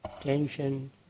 tension